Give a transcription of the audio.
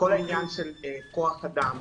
אנחנו מאוד מאוד זקוקים לכוח אדם